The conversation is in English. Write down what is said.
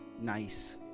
nice